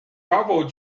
bravo